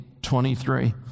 23